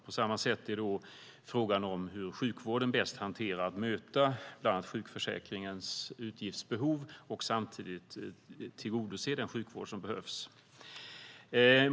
På samma sätt är det fråga om hur sjukvården bäst hanterar att möta bland annat sjukförsäkringens utgiftsbehov och samtidigt tillgodose den sjukvård som behövs.